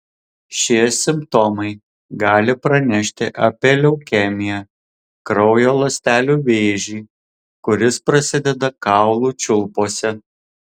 šie simptomai gali pranešti apie leukemiją kraujo ląstelių vėžį kuris prasideda kaulų čiulpuose